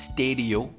Stadio